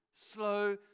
slow